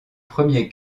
premier